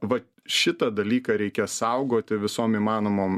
va šitą dalyką reikia saugoti visom įmanomom